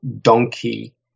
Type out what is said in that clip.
donkey